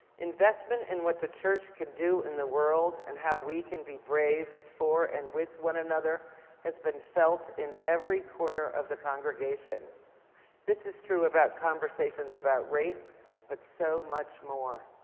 investment in what the church can do in the world and how we can be brave for and with one another has been felt in every corner of the congregation this is true about conversations about race but so much more.